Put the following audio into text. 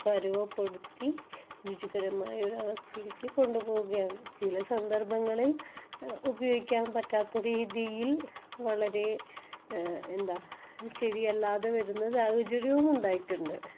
പരുവപ്പെടുത്തി രുചികരമായ ഒരു അവസ്ഥയിലേക്ക് കൊണ്ടുപോകുകയാണ് ചില സന്ദര്ഭങ്ങളില് ഉപയോഗിക്കാൻ പറ്റാത്ത രീതിയിൽ വളരേ എന്താ ശരിയല്ലാതെ വരുന്ന സാഹചര്യവും ഉണ്ടായിട്ടുണ്ട്